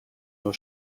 nur